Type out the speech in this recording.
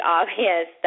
obvious